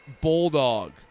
Bulldog